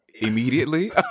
Immediately